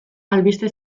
albiste